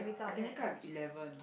I can wake up at eleven